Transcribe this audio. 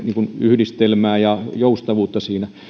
yhdistelmää ja joustavuutta siinä